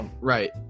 Right